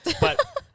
But-